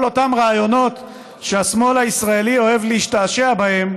כל אותם רעיונות שהשמאל הישראלי אוהב להשתעשע בהם,